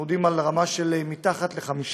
אנחנו עומדים על רמה של מתחת ל-5%.